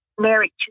married